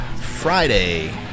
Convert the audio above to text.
Friday